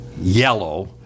yellow